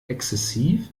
exzessiv